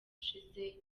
ushize